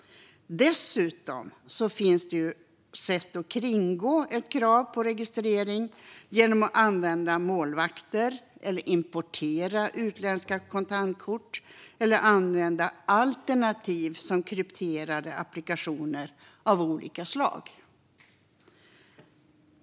Dessutom finns det sätt att kringgå ett krav på registrering genom att använda målvakter, importera utländska kontantkort eller använda alternativ, som krypterade applikationer av olika slag.